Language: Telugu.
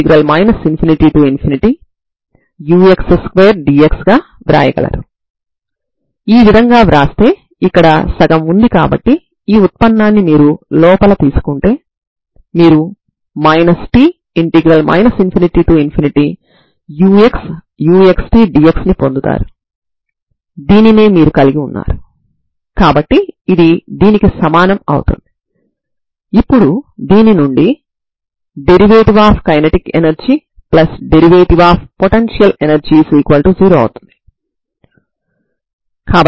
నేను రెండువైపులా ఈ ఐగెన్ ఫంక్షన్ తో గుణించి అవధులు a నుండి b వరకు తీసుకొని సమాకలనం చేయడం వల్ల మనం Am లను మాత్రమే పొందుతాము మిగతా పదాలన్నీ 0 అవుతాయి ఎందుకంటే అవి ఒకదానికొకటి లబ్దం గా ఉంటాయి కాబట్టి